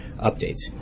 updates